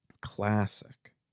Classic